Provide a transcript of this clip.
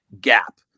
gap